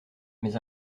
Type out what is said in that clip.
mais